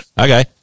Okay